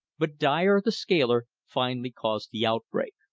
but dyer, the scaler, finally caused the outbreak.